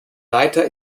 leiter